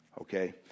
Okay